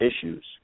issues